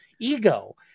Ego